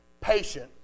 patient